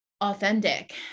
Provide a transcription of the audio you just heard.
authentic